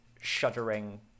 shuddering